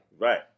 Right